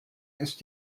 ist